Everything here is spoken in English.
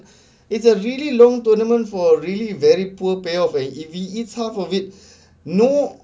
it's a really long tournament for really very poor pay off eh if he eats half of it no